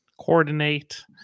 coordinate